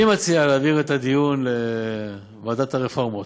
אני מציע להעביר את הדיון לוועדת הרפורמה,